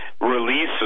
releases